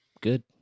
Good